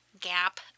gap